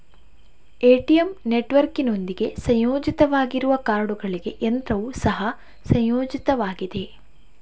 ATM ನೆಟ್ವರ್ಕಿನೊಂದಿಗೆ ಸಂಯೋಜಿತವಾಗಿರುವ ಕಾರ್ಡುಗಳಿಗೆ ಯಂತ್ರವು ಸಹ ಸಂಯೋಜಿತವಾಗಿದೆ